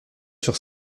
sur